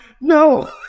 No